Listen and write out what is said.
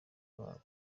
wabo